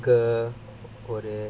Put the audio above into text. கு ஆமா ஒரு:ku aamaa oru burger